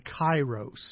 Kairos